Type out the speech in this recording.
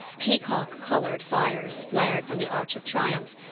peacock-coloured fires flared from the arch of triumph,